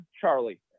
Charlie